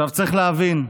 צריך להבין,